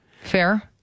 Fair